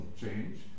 change